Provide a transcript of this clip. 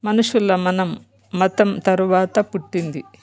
మనుషుల్ల మనం మతం తరువాత పుట్టింది